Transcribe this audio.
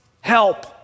help